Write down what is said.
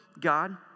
God